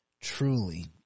truly